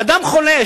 אדם חולה,